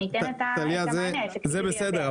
טליה, זה בסדר.